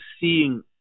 seeing